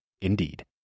Indeed